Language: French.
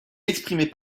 exprimés